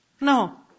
No